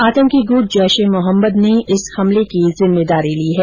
आतंकी गुट जैश ए मोहम्मद ने इस हमले की जिम्मेदारी ली है